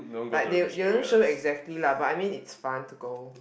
like they they doesn't show you exactly lah but I mean it's fun to go